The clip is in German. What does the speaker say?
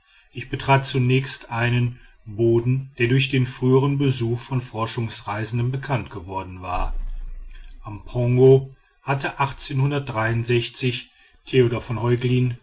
ich betrat zunächst einen boden der durch den frühern besuch von forschungsreisenden bekannt geworden war am pongo hatte theodor